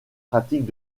pratiques